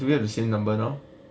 do we have the same number now